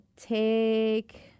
take